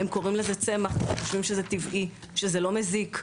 הם קוראים לזה צמח וחושבים שזה טבעי, שזה לא מזיק.